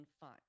fine